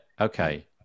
Okay